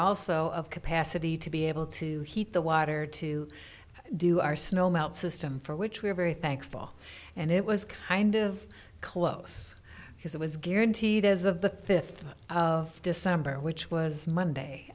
also of capacity to be able to heat the water to do our snow melt system for which we're very thankful and it was kind of close because it was guaranteed as the fifth of december which was